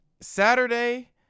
saturday